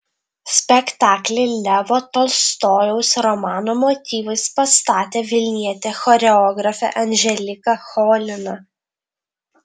spektaklį levo tolstojaus romano motyvais pastatė vilnietė choreografė anželika cholina